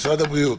משרד הבריאות,